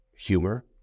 humor